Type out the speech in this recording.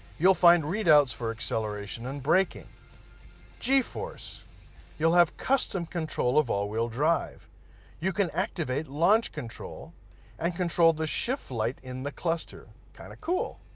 you'll find readouts for acceleration and braking g-force you'll have custom control of all-wheel drive you can activate launch control and control the shift light in the cluster kind of cool